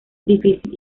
difícil